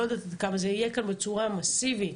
זה יהיה כאן בצורה מאסיבית.